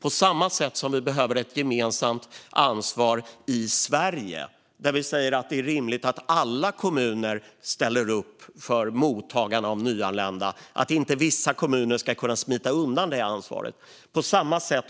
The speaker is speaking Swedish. På samma sätt som vi behöver ett gemensamt ansvar i Sverige, där vi säger att det är rimligt att alla kommuner ställer upp när det gäller mottagande av nyanlända och att inte vissa kommuner ska kunna smita undan det ansvaret,